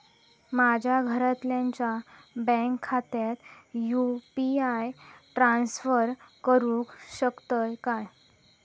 माझ्या घरातल्याच्या बँक खात्यात यू.पी.आय ट्रान्स्फर करुक शकतय काय?